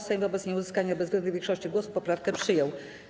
Sejm wobec nieuzyskania bezwzględnej większości głosów poprawkę przyjął.